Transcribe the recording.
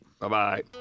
Bye-bye